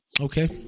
Okay